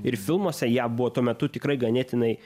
ir filmuose jav buvo tuo metu tikrai ganėtinai